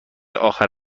اخر